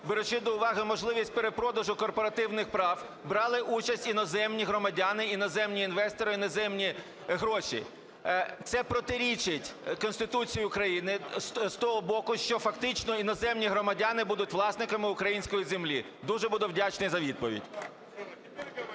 беручи до уваги можливість перепродажу корпоративних прав, брали участь іноземні громадяни, іноземні інвестори, іноземні гроші. Це протирічить Конституції України з того боку, що фактично іноземні громадяни будуть власниками української землі. Дуже буду вдячний за відповідь.